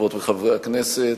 חברות וחברי הכנסת,